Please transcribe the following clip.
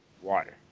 water